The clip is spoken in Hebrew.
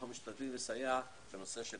אנו משתדלים לסייע בנושא של